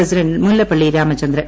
president Mullappally Ramachandran